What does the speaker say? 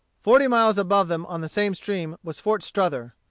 forty miles above them on the same stream was fort strother.